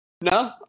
No